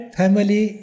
family